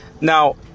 now